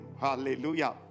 Hallelujah